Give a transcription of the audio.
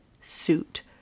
Suit